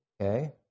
okay